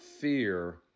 fear